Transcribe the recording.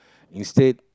you said